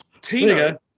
Tina